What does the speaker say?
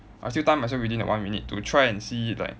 I still time myself within that one minute to try and see like